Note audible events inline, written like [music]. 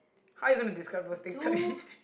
how you gonna describe those things to me [laughs]